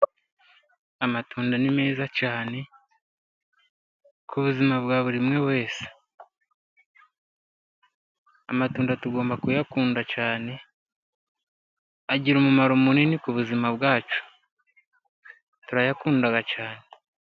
Amatunda ni meza cyane ku buzima bwa buri umwe wese. Amatunda tugomba kuyakunda cyane, agira umumaro munini ku buzima bwacu. Turayakunda cyane.